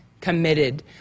committed